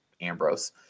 Ambrose